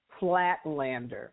flatlander